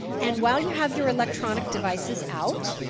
and while you have your electronic devices out,